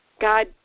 God